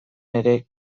ere